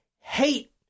hate